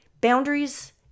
Boundaries